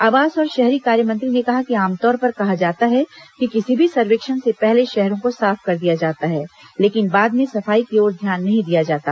आवास और शहरी कार्य मंत्री ने कहा कि आमतौर पर कहा जाता है कि किसी भी सर्वेक्षण से पहले शहरों को साफ कर दिया जाता है लेकिन बाद में सफाई की ओर ध्यान नहीं दिया जाता